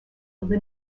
linda